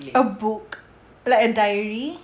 a book like a diary